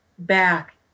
Back